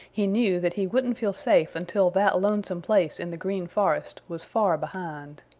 he knew that he wouldn't feel safe until that lonesome place in the green forest was far behind.